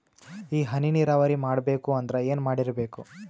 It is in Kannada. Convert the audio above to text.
ಈ ಹನಿ ನೀರಾವರಿ ಮಾಡಬೇಕು ಅಂದ್ರ ಏನ್ ಮಾಡಿರಬೇಕು?